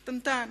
קטנטן,